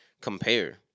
compare